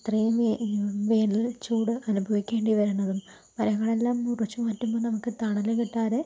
ഇത്രയും വേന വേനൽ ചൂട് അനുഭവിക്കേണ്ടി വരുന്നതും മരങ്ങളെല്ലാം മുറിച്ചു മാറ്റുമ്പോൾ നമുക്ക് തണല് കിട്ടാതെ